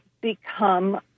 become